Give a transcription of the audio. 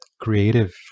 creative